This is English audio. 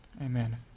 Amen